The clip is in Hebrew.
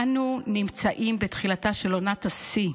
אנו נמצאים בתחילתה של עונת השיא,